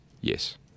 Yes